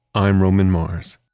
i'm roman mars